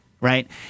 right